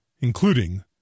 including